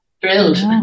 Thrilled